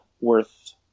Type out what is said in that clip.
worth